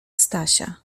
stasia